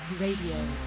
Radio